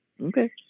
Okay